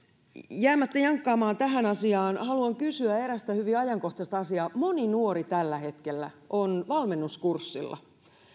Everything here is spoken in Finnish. jäämättä jankkaamaan tähän asiaan haluan kysyä erästä hyvin ajankohtaista asiaa moni nuori on tällä hetkellä valmennuskurssilla